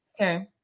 okay